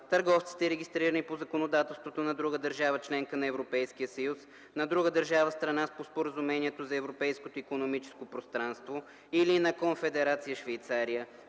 търговците, регистрирани по законодателството на друга държава – членка на Европейския съюз, на друга държава – страна по Споразумението за Европейското икономическо пространство, или на Конфедерация Швейцария